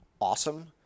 awesome